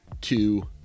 two